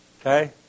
okay